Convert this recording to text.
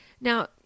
Now